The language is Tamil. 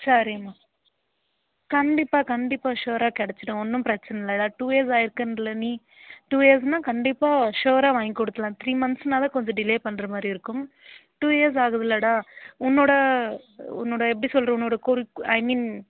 சரிம்மா கண்டிப்பாக கண்டிப்பாக ஷியோராக கிடச்சிடும் ஒன்றும் பிரச்சன இல்லை அதான் டூ இயர்ஸ் ஆகிருக்குன்ல நீ டூ இயர்ஸ்னா கண்டிப்பாக ஷியோராக வாங்கி கொடுத்துட்லாம் த்ரீ மந்த்ஸ்னா தான் கொஞ்சம் டிலே பண்ணுற மாதிரி இருக்கும் டூ இயர்ஸ் ஆகுதுலாடா உன்னோடய உன்னோடய எப்படி சொல்கிறது உன்னோடய குறிக் ஐ மீன்